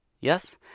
Yes